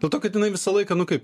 dėl to kad jinai visą laiką nu kaip